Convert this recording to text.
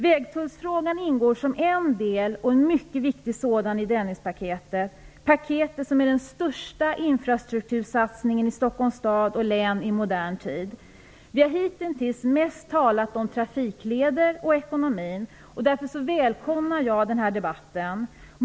Vägtullsfrågan ingår som en del, och en mycket viktig sådan, i Dennispaketet - det paket som är den största infrastruktursatsningen i Stockholms stad och län i modern tid. Vi har hitintills mest talat om trafikleder och ekonomi. Därför välkomnar jag den här debatten.